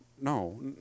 No